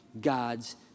God's